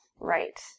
right